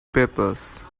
papers